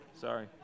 sorry